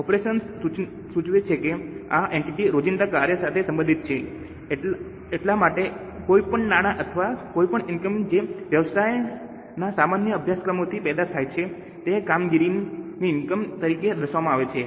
operations સૂચવે છે કે આ એન્ટિટીના રોજિંદા કાર્ય સાથે સંબંધિત છે એટલા માટે કોઈપણ નાણાં અથવા કોઈપણ ઇનકમ જે વ્યવસાયના સામાન્ય અભ્યાસક્રમમાંથી પેદા થાય છે તે કામગીરીની ઇનકમ તરીકે દર્શાવવામાં આવશે